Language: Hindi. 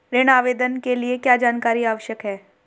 ऋण आवेदन के लिए क्या जानकारी आवश्यक है?